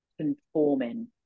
conforming